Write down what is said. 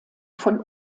von